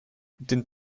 den